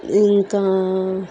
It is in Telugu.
ఇంకా